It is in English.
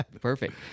Perfect